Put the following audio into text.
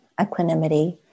equanimity